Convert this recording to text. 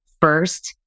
first